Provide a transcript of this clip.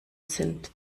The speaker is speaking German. sind